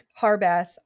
Harbath